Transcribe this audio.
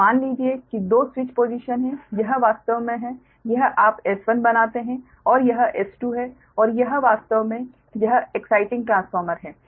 तो मान लीजिए कि दो स्विच पोसिशन है यह वास्तव में है यह आप S1 बनाते हैं और यह S2 है और यह वास्तव में यह एक्साइटिंग ट्रांसफार्मर है